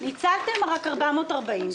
ניצלתם רק 444,000 שקלים,